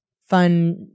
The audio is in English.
fun